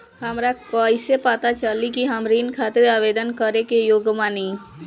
हमरा कईसे पता चली कि हम ऋण खातिर आवेदन करे के योग्य बानी?